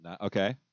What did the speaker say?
Okay